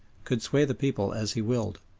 could sway the people as he willed.